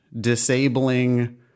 disabling